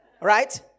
Right